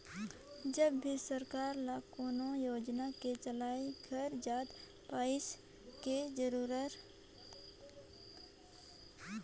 जब भी सरकार ल कोनो योजना के चलाए घर जादा पइसा के जरूरत परथे ओ घरी में सरकार बांड जारी करथे